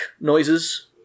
noises